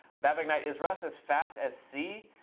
bhavik knight, is rust as fast as c?